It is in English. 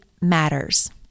matters